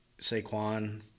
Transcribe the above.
Saquon